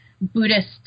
Buddhist